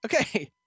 Okay